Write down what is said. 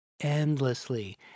endlessly